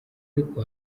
ariko